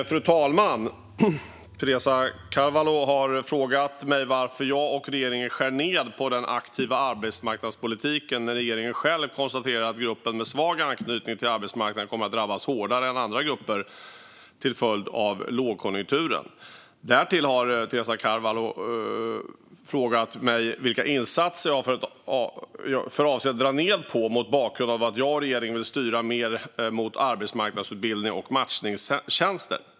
Fru talman! Teresa Carvalho har frågat mig varför jag och regeringen skär ned på den aktiva arbetsmarknadspolitiken när regeringen själv konstaterar att gruppen med svag anknytning till arbetsmarknaden kommer att drabbas hårdare än andra grupper till följd av lågkonjunkturen. Därtill har Teresa Carvalho frågat mig vilka insatser jag har för avsikt att dra ned på, mot bakgrund av att jag och regeringen vill styra mer mot arbetsmarknadsutbildning och matchningstjänster.